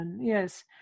Yes